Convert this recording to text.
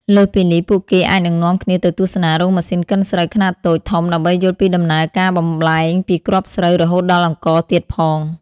លើសពីនេះ ពួកគេអាចនឹងនាំអ្នកទៅទស្សនារោងម៉ាស៊ីនកិនស្រូវខ្នាតតូច ធំ ដើម្បីយល់ពីដំណើរការបំប្លែងពីគ្រាប់ស្រូវរហូតដល់អង្ករទៀតផង ។